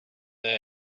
they